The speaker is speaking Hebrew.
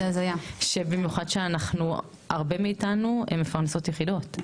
במיוחד שהרבה מאיתנו הן מפרנסות יחידות.